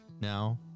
Now